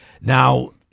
Now